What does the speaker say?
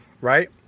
right